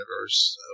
Universe